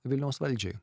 vilniaus valdžiai